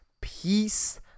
Peace